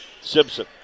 Simpson